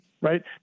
Right